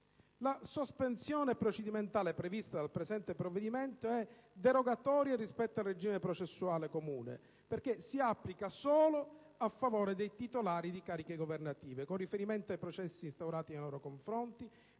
La sospensione procedimentale prevista dal presente provvedimento è derogatoria rispetto al regime processuale comune, perché si applica solo a favore dei titolari di cariche governative, con riferimento ai processi instaurati nei loro confronti